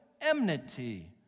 enmity